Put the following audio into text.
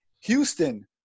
Houston